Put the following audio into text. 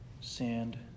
sand